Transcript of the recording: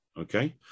okay